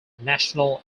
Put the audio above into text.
national